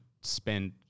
spend